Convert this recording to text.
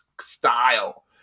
style